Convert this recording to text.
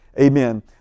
amen